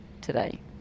today